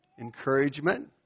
encouragement